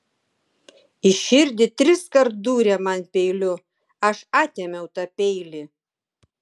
į širdį triskart dūrė man peiliu aš atėmiau tą peilį